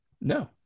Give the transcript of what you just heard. No